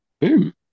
boom